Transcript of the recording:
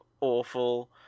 awful